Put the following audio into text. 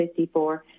54